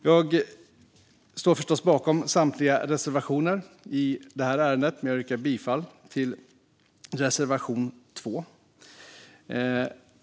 Jag står förstås bakom samtliga reservationer i ärendet, men jag yrkar bifall till reservation 2.